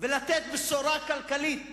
ולתת בשורה כלכלית,